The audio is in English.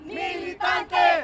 militante